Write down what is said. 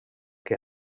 que